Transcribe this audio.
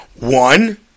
One